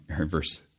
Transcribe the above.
verse